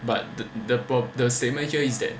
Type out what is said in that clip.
but the problem the statement here is that